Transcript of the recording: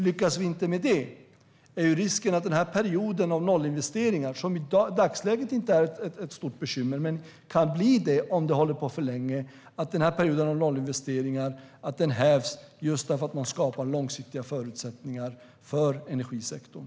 Om vi inte lyckas med det är risken att denna period av nollinvesteringar, som i dagsläget inte är ett stort bekymmer men som kan bli det om den håller på för länge, hävs just därför att man skapar långsiktiga förutsättningar för energisektorn.